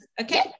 Okay